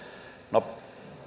no